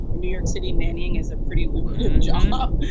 in new york city, nannying is a pretty lucrative job.